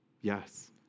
Yes